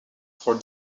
for